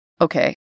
okay